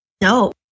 No